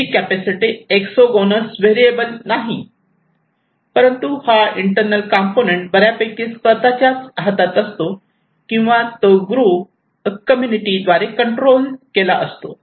ही capacity exogenous variable नाही परंतु हा इंटरनल कंपोनेंट बऱ्यापैकी स्वतःच्याच हातात असतो किंवा ग्रुप कम्युनिटी द्वारे कंट्रोल असतो